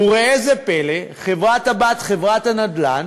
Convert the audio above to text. וראה זה פלא, החברה הבת, חברת הנדל"ן,